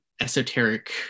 esoteric